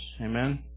Amen